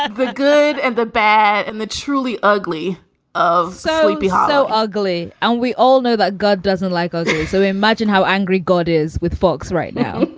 ah good good and the bad and the truly ugly of. so he'd be so ugly and we all know that god doesn't like us. so imagine how angry god is with fox right now.